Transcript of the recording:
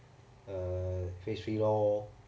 uh phase three lor